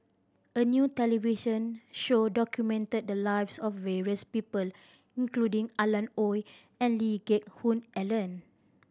a new television show documented the lives of various people including Alan Oei and Lee Geck Hoon Ellen